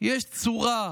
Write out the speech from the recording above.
יש צורה,